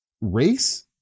race